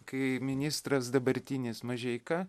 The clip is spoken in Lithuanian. kai ministras dabartinis mažeika